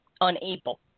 unable